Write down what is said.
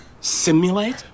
Simulate